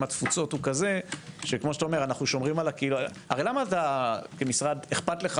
התפוצות הוא כזה שכפי שאתה אומר הרי למה כמשרד אכפת לך